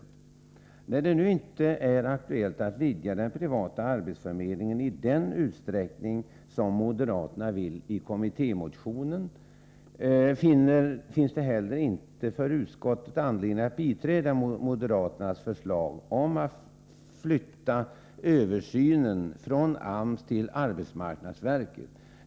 Eftersom det nu inte är aktuellt att vidga den privata arbetsförmedlingen i den utsträckning som moderaterna ville i kommittémotionen, finns det heller inte anledning för utskottet att biträda moderaternas förslag om att flytta tillsynen över enskilda förmedlingar från AMS till arbetsmarknadsdepartementet.